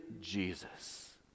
Jesus